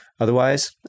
Otherwise